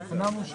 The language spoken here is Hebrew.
11:45.